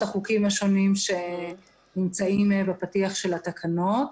החוקים השונים שנמצאים בפתיח של התקנות.